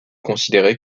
considéré